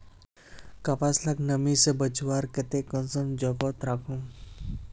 कपास लाक नमी से बचवार केते कुंसम जोगोत राखुम?